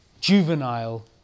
juvenile